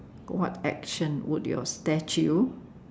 what action would your statue